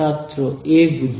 ছাত্র এ গুলি